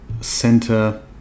center